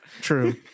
True